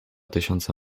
tysiące